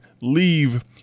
leave